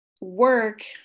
work